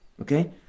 Okay